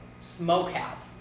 Smokehouse